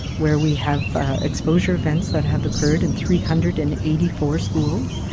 where we have exposure events that have occurred in three hundred and eighty four schools.